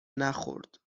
نخورد